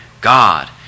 God